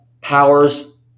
powers